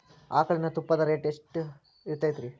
ಆಕಳಿನ ತುಪ್ಪದ ರೇಟ್ ಎಷ್ಟು ಇರತೇತಿ ರಿ?